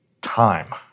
time